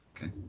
Okay